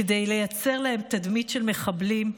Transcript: כדי לייצר להם תדמית של מחבלים.